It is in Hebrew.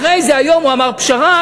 אחרי זה, היום הוא אמר: פשרה,